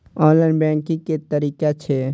Online banking के की तरीका छै?